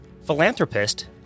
philanthropist